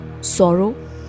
sorrow